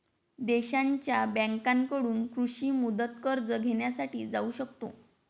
देशांच्या बँकांकडून कृषी मुदत कर्ज घेण्यासाठी जाऊ शकतो